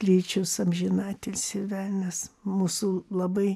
kličius amžinatilsį velnias mūsų labai